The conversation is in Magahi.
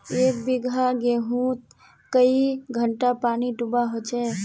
एक बिगहा गेँहूत कई घंटा पानी दुबा होचए?